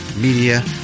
media